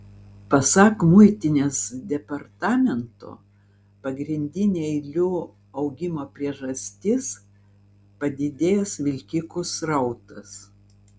pasak muitinės departamento pagrindinė eilių augimo priežastis padidėjęs vilkikų srautas